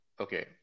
okay